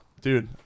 Dude